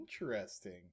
interesting